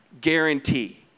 guarantee